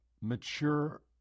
mature